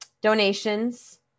Donations